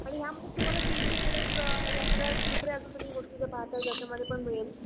आणि ह्यामध्ये तुम्हाला सीजनी करतं या सगळ्या दुसऱ्या अजून तुम्ही गोष्टी जर पाहता या त्याच्यामध्ये पण मिळेल